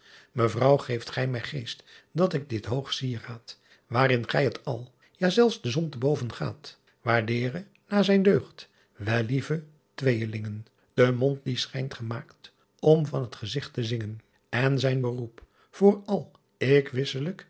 evrouw geeft ghy my geest dat ik dit hoogh sierradt aar in ghy t al jaa zelfs de on te boven gaat aardeere naa zijn deughd ellieve tweejelingen e mondt die schijnt gemaakt om van t gezicht te zingen n zijn beroep voor al